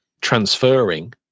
transferring